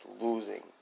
Losing